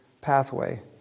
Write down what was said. pathway